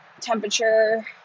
temperature